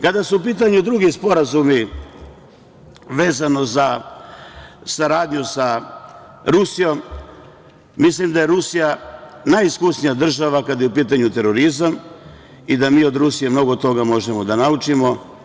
Kada su u pitanju drugi sporazumi vezano za saradnju sa Rusijom, mislim da je Rusija najiskusnija država kada je u pitanju terorizam i da mi od Rusije mnogo toga možemo da naučimo.